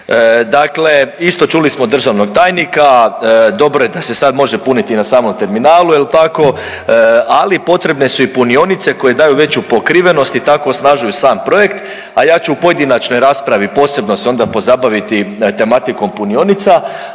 Dakle, isto čuli smo državnog tajnika. Dobro je da se sad može puniti na samom terminalu, jel' tako? Ali potrebne su i punionice koje daju veću pokrivenost i tako osnažuju sam projekt, a ja ću u pojedinačnoj raspravi posebno se onda pozabaviti tematikom punionica,